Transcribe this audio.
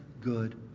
good